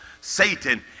Satan